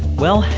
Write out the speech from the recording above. well,